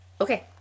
okay